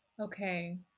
okay